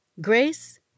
Grace